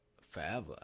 forever